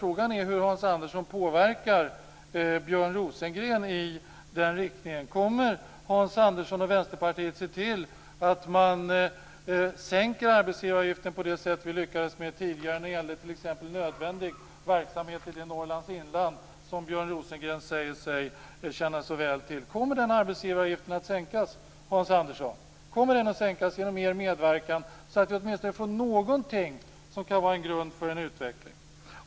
Frågan är hur Hans Andersson påverkar Björn Rosengren i den riktningen. Kommer Hans Andersson och Vänsterpartiet att se till att man sänker arbetsgivaravgiften, på det sätt vi lyckades med tidigare? Det gällde t.ex. nödvändig verksamhet i det Norrlands inland, som Björn Rosengren säger sig känna så väl till. Kommer arbetsgivaravgiften att sänkas, Hans Andersson? Kommer den att sänkas genom er medverkan, så att vi åtminstone får någonting som kan vara grund för en utveckling?